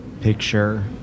picture